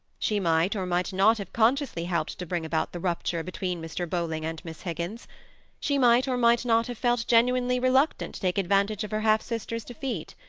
she might or might not have consciously helped to bring about the rupture between mr. bowling and miss higgins she might, or might not, have felt genuinely reluctant to take advantage of her half-sister's defeat.